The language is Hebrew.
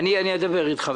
אדבר איתך.